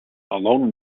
along